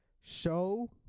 Show